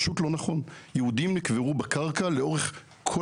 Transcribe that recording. יהודים נקברו בקרקע לאורך כל